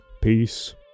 Peace